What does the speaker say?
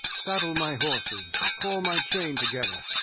saddle my horses! call my train together!